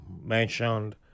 mentioned